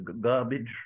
garbage